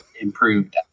improved